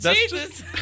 Jesus